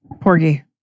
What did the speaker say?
Porgy